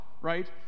right